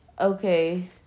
Okay